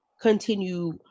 continue